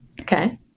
Okay